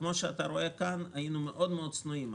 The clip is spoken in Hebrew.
כפי שאתה רואה כאן, היינו מאוד מאוד צנועים.